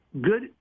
good